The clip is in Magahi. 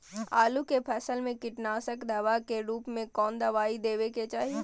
आलू के फसल में कीटनाशक दवा के रूप में कौन दवाई देवे के चाहि?